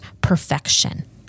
perfection